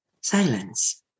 Silence